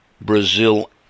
Brazil